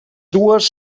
dues